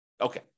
Okay